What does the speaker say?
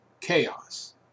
chaos